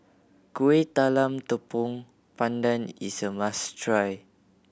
Kuih Talam Tepong Pandan is a must try